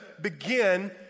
begin